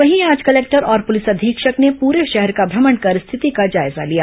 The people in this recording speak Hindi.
वहीं आज कलेक्टर और पुलिस अधीक्षक ने पूरे शहर का भ्रमण कर स्थिति का जायजा लिया